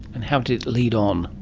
and how did it lead on?